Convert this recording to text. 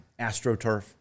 AstroTurf